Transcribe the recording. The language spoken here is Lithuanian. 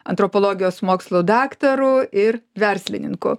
antropologijos mokslų daktaru ir verslininku